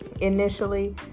initially